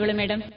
madam